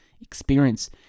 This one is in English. experience